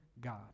God